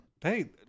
Hey